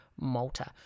Malta